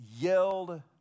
yelled